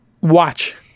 watch